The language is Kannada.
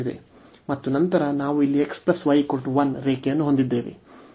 ಮತ್ತು ನಂತರ ನಾವು ಇಲ್ಲಿ x y 1 ರೇಖೆಯನ್ನು ಹೊಂದಿದ್ದೇವೆ